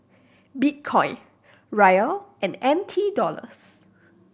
Bitcoin Riyal and N T Dollars